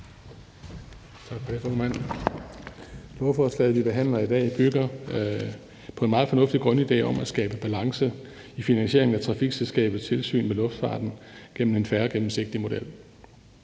Tak for det, formand. Lovforslaget, vi behandler i dag, bygger på en meget fornuftig grundidé om at skabe balance i finansieringen af Trafikstyrelsens tilsyn med luftfarten gennem en fair og gennemsigtig model.